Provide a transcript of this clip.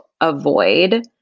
avoid